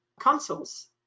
consoles